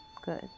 Good